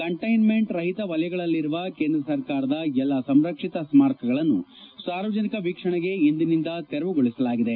containment ರಹಿತ ವಲಯಗಳಲ್ಲಿರುವ ಕೇಂದ್ರ ಸರ್ಕಾರದ ಎಲ್ಲಾ ಸಂರಕ್ಷಿತ ಸ್ಥಾರಕಗಳನ್ನು ಸಾರ್ವಜನಿಕ ವೀಕ್ಷಣೆಗೆ ಇಂದಿನಿಂದ ತೆರವುಗೊಳಸಲಾಗಿದೆ